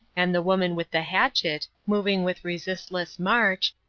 and the woman with the hatchet, moving with resistless march,